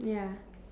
ya